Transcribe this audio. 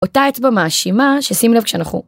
אותה אצבע מאשימה ששים לב כשאנחנו.